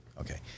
Okay